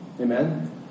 Amen